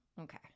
Okay